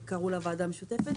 וקראו לה ועדה משותפת